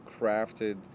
crafted